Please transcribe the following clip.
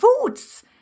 foods